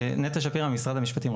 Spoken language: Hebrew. נטע שפירא ממשרד המשפטים,